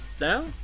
Now